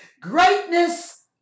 Greatness